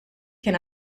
can